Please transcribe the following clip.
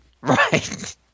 Right